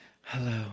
Hello